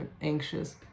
anxious